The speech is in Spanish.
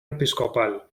episcopal